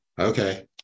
Okay